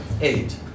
Eight